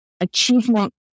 achievement